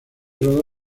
rodó